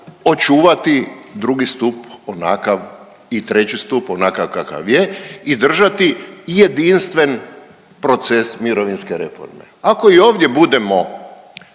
očuvati drugi stup onakav i treći stup onakav kakav je i držati jedinstven proces mirovinske reforme. Ako i ovdje budemo